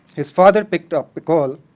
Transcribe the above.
his father picked up the call